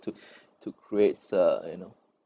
to to creates uh you know